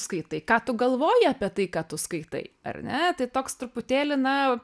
skaitai ką tu galvoji apie tai ką tu skaitai ar ne tai toks truputėlį na